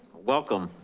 welcome.